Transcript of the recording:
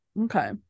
okay